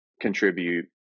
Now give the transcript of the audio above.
contribute